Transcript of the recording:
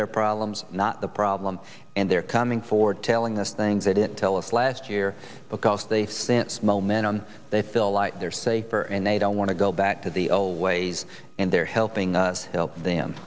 their problems not the problem and they're coming forward telling us things they didn't tell us last year because they think it's momentum they feel like they're safer and they don't want to go back to the ole ways and they're helping us help them